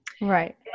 Right